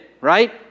right